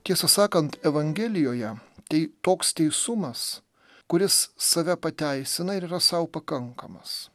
tiesą sakant evangelijoje tai toks teisumas kuris save pateisina ir yra sau pakankamas